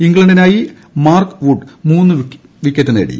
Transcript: ഇംഗ്ലണ്ടിനായി Mark Wood മൂന്ന് wicket നേടി